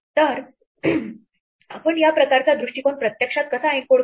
तर आपण या प्रकारचा दृष्टिकोन प्रत्यक्षात कसा एन्कोड करू